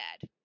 dad